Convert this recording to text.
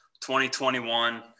2021